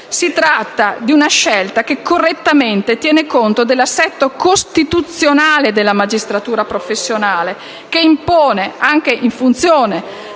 Si tratta di una scelta che, correttamente, tiene conto dell'assetto costituzionale della magistratura professionale (che impone, anche in funzione